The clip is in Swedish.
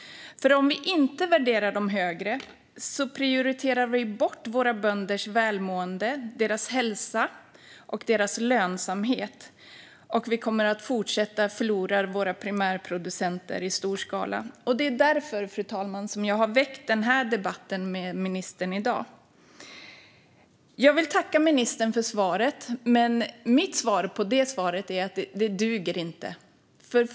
Om vi inte värderar dem högre prioriterar vi bort våra bönders välmående, hälsa och lönsamhet, och vi kommer då att fortsätta förlora våra primärproducenter i stor skala. Det är därför, fru talman, jag har väckt denna debatt med ministern. Jag vill tacka ministern för svaret, men mitt svar på det svaret är att det inte duger.